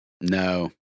No